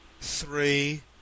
three